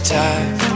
time